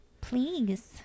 Please